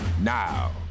now